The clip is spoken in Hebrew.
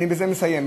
אני בזה מסיים.